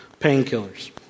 painkillers